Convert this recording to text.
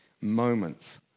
moments